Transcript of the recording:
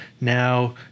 now